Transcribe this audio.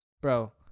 bro